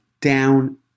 down